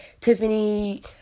Tiffany